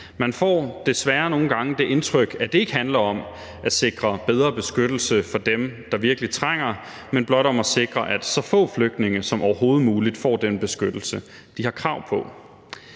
Man får desværre nogle gange det indtryk, at det ikke handler om at sikre bedre beskyttelse for dem, der virkelig trænger, men blot om at sikre, at så få flygtninge som overhovedet muligt får den beskyttelse, de har krav på.